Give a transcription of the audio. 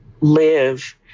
live